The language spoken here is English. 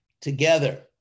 together